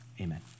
amen